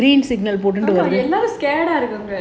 ஆமா எல்லாரும்:aamaa ellaarum scared இருக்காங்க:irukaanga